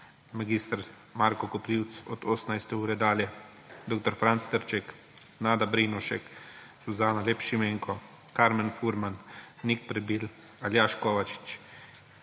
mag. Marko Koprivc od 18. ure dalje, dr. Franc Trček, Nada Brinovšek, Suzana Lep Šimenko, mag. Karmen Furman, Nik Prebil, Aljaž Kovačič,